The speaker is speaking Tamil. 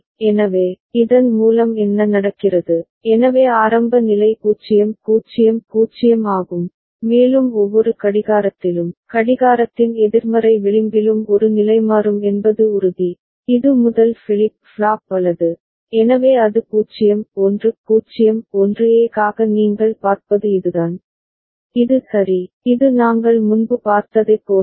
எனவே இதன் மூலம் என்ன நடக்கிறது எனவே ஆரம்ப நிலை 0 0 0 ஆகும் மேலும் ஒவ்வொரு கடிகாரத்திலும் கடிகாரத்தின் எதிர்மறை விளிம்பிலும் ஒரு நிலைமாறும் என்பது உறுதி இது முதல் ஃபிளிப் ஃப்ளாப் வலது எனவே அது 0 1 0 1 A க்காக நீங்கள் பார்ப்பது இதுதான் இது சரி இது நாங்கள் முன்பு பார்த்ததைப் போன்றது